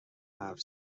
حرف